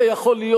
זה יכול להיות?